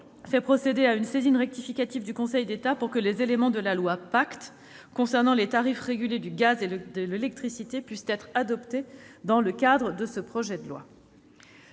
fait procéder à une saisine rectificative du Conseil d'État pour que les éléments de la loi Pacte concernant les tarifs régulés du gaz et de l'électricité puissent être adoptés dans le cadre de ce projet de loi.